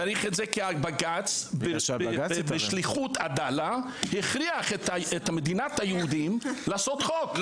צריך את זה כי הבג"צ בשליחות עדאללה הכריח את מדינת היהודים לעשות חוק,